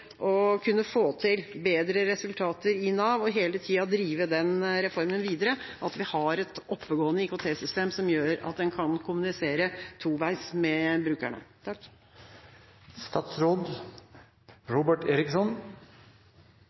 å kunne få til bedre resultater i Nav og hele tida å drive den reformen videre, at vi har et oppegående IKT-system som gjør at en kan kommunisere toveis med brukerne.